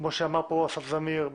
כמו שאמר פה אסף זמיר,